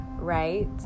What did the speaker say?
right